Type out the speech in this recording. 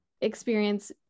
experience